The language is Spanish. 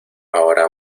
ahora